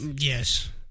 Yes